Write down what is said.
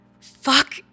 Fuck